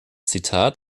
zitat